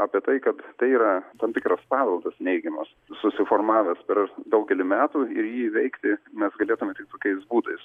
apie tai kad tai yra tam tikras paveldas neigiamas susiformavęs per daugelį metų ir jį įveikti mes galėtume tik tokiais būdais